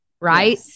right